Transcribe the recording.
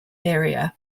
area